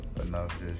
enough